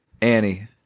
Annie